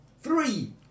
Three